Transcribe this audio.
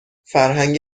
فرهنگ